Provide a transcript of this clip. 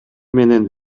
менен